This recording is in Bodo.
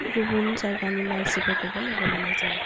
गुबुन जायगानि मानसिखौबो लोगो मोननाय जायो